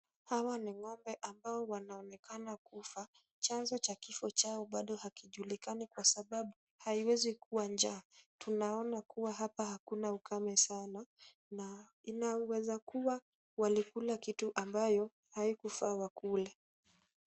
Hawa ni ngombe wanaoonekana kufa. Chanzo cha kifo chao hakijulikani kwa sababu haiwezi kuwa njaa. Tunaona kuwa hapa hakuna ukame sana na inaweza kuwa walikula kitu ambayo haikufaa wakule.